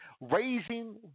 raising